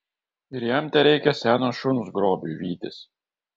ir jam tereikia seno šuns grobiui vytis